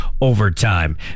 overtime